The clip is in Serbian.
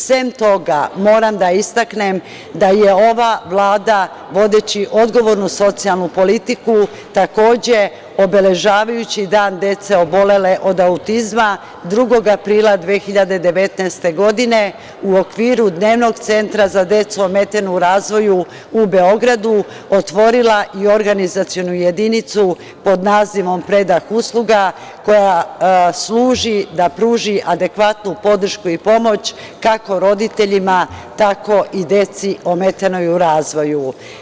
Sem toga, moram da istaknem da je ova Vlada, vodeći odgovornu socijalnu politiku, takođe, obeležavajući Dan dece obolele od autizma, 2. aprila 2019. godine, u okviru dnevnog centra za decu ometenu u razvoju u Beogradu, otvorila i organizacionu jedinicu pod nazivom „Predah“ usluga, koja služi da pruži adekvatnu podršku i pomoć kako roditeljima, tako i deci ometenoj u razvoju.